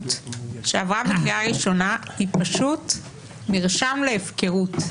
שעברה בקריאה ראשונה היא פשוט מרשם להפקרות,